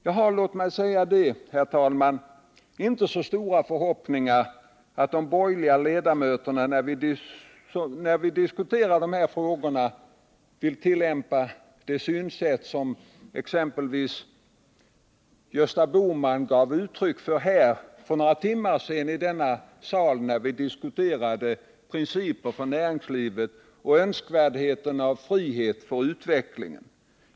Jag har, låt mig säga det, herr talman, inte så stora förhoppningar att de borgerliga ledamöterna när vi diskuterar dessa frågor vill tillämpa det synsätt som exempelvis Gösta Bohman gav uttryck för i denna talarstol när vi för några timmar sedan diskuterade principer för näringslivet och önskvärdheten av frihet för utvecklingen.